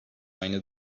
aynı